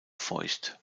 feucht